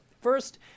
First